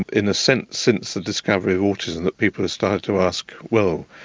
in a sense, since the discovery of autism that people have started to ask, well,